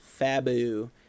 fabu